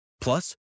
Plus